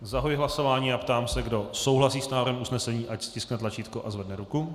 Zahajuji hlasování a ptám se, kdo souhlasí s návrhem usnesení, ať stiskne tlačítko a zvedne ruku.